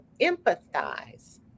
empathize